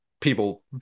people